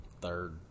third